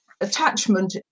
attachment